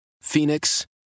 Phoenix